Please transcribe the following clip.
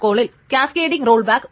പിന്നെ ഇത് ക്യാസ്കേടലസ് അല്ല